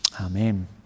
Amen